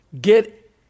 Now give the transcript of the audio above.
get